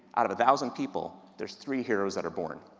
out of a thousand people, there's three heroes that are born.